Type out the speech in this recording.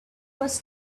was